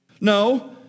No